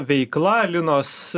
veikla linos